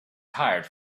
tired